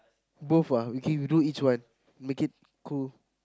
both ah okay we do each one make it cool